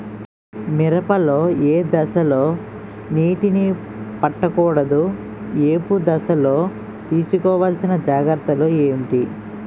మిరప లో ఏ దశలో నీటినీ పట్టకూడదు? ఏపు దశలో తీసుకోవాల్సిన జాగ్రత్తలు ఏంటి?